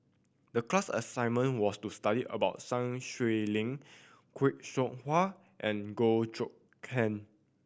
the class assignment was to study about Sun Xueling Khoo Seow Hwa and Goh Choon Kang